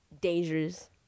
dangerous